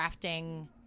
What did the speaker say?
crafting